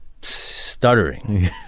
stuttering